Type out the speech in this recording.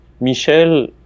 Michel